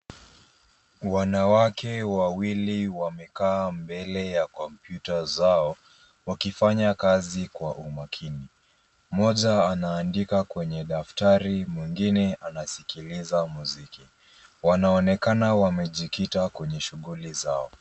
Wanawake wawili wamekaa mbele ya kompyuta zao wakifanya kazi kwa umakini. Mmoja anaandika kwenye daftari mwingine anasikiliza muziki. Wanaonekana wamejikita kwenye shughuli zao.